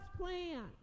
plan